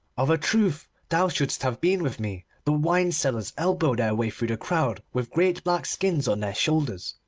of a truth thou shouldst have been with me. the wine-sellers elbow their way through the crowd with great black skins on their shoulders.